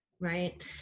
right